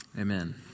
Amen